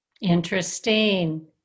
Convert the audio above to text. Interesting